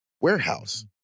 warehouse